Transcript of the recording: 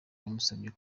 yamusabye